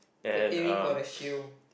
they are aiming for the shield